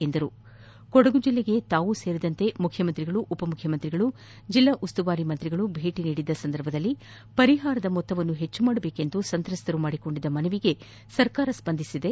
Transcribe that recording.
ಕೊಡಗಿಗೆ ತಾವೂ ಸೇರಿದಂತೆ ಮುಖ್ಯಮಂತ್ರಿಗಳು ಉಪಮುಖ್ಯಮಂತ್ರಿಗಳು ಜಿಲ್ಲಾ ಉಸ್ತುವಾರಿ ಸಚಿವರು ಭೇಟಿ ನೀಡಿದ್ದ ಸಂದರ್ಭದಲ್ಲಿ ಪರಿಹಾರ ಮೊತ್ತವನ್ನು ಹೆಚ್ಚಿಸಬೇಕೆಂದು ಸಂತ್ರಸ್ತರು ಮಾಡಿಕೊಂಡಿದ್ದ ಮನವಿಗೆ ಸರ್ಕಾರ ಸ್ವಂದಿಸಿದೆ